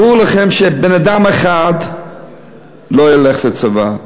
ברור לכם שבן-אדם לא ילך לצבא.